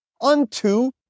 unto